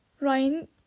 Ryan